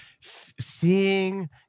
seeing